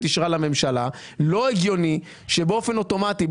אישרה לממשלה לא הגיוני שבאופן אוטומטי,